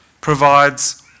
provides